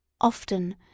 Often